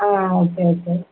ah okay okay